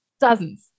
dozens